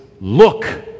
look